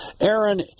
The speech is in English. Aaron